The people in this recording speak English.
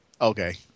Okay